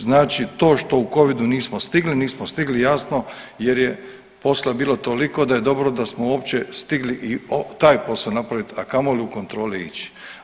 Znači to što u covidu nismo stigli, nismo stigli jasno jer je posla bilo toliko da je dobro da smo uopće stigli i taj posao napraviti, a kamoli u kontrole ići.